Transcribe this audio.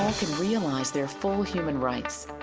can realize their full human rights.